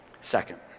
Second